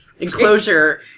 enclosure